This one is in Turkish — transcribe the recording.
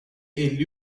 elli